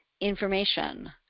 information